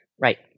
right